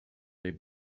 they